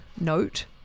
note